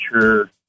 sure